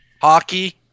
Hockey